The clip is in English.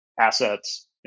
assets